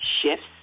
shifts